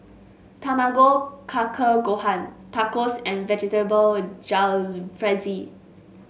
Tamago Kake Gohan Tacos and Vegetable Jalfrezi